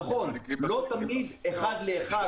נכון, לא תמיד אחד לאחד